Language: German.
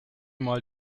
mal